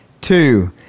Two